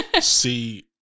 See